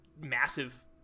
massive